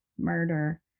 murder